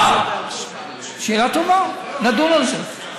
לא, לא דיברתי נגד ראש הממשלה.